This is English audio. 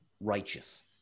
righteous